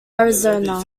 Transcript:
arizona